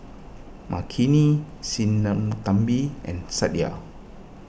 Makineni Sinnathamby and Satya